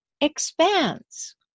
Expands